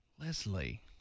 Leslie